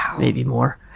maybe more.